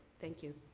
thank you.